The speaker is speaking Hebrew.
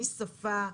משפה,